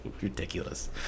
ridiculous